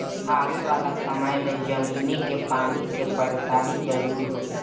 आवे वाला समय में जमीनी के पानी कअ परेशानी जरूर होई